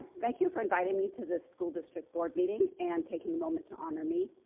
thank you for inviting me to this school district board meeting and taking a moment to honor me.